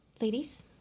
ladies